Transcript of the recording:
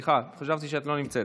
סליחה, חשבתי שאת לא נמצאת.